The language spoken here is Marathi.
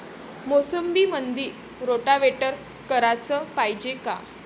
मोसंबीमंदी रोटावेटर कराच पायजे का?